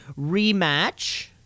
rematch